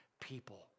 people